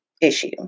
issue